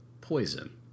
Poison